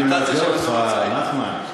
אני, נחמן.